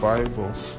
Bibles